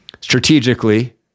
strategically